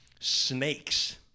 snakes